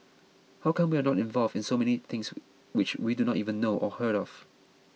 how come we are not involved in so many things which we do not even know or hear of